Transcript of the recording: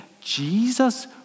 Jesus